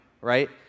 right